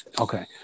Okay